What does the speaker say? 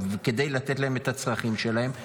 כדי לתת להם את הצרכים שלהם,